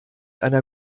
einer